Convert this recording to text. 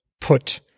put